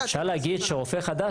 אפשר להגיד שרופא חדש,